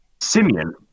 simeon